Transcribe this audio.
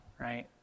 right